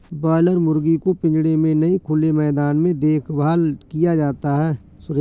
boiler मुर्गी को पिंजरे में नहीं खुले मैदान में देखभाल किया जाता है सुरेश